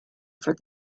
for